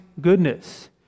goodness